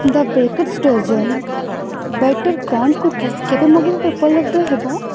ଦ bakers dozen butter crunch cookies କେବେ ମଗାଇବା ପାଇଁ ଉପଲବ୍ଧ ହେବ